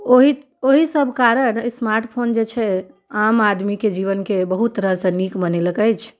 ओहि ओहि सभ कारण स्मार्ट फोन जे छै आम आदमीके जीवनके बहुत तरहसँ नीक बनेलक अछि